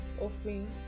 Offering